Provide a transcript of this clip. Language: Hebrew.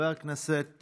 חבר הכנסת